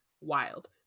wild